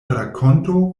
rakonto